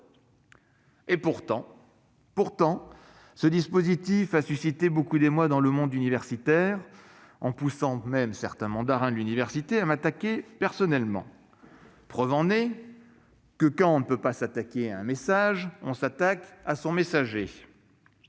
! Pourtant, ce dispositif a suscité beaucoup d'émoi dans le monde universitaire, poussant même certains mandarins de l'université à m'attaquer personnellement. Preuve en est que, quand on ne peut pas attaquer un message, on s'attaque à son messager-